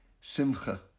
Simcha